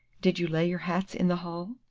did you lay your hats in the hall?